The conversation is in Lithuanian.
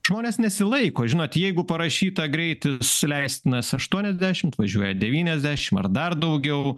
žmonės nesilaiko žinot jeigu parašyta greitis leistinas aštuoniasdešimt važiuoja devyniasdešim ar dar daugiau